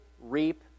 reap